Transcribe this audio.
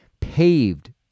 paved